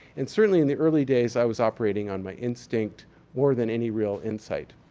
and certainly in the early days, i was operating on my instinct more than any real insight.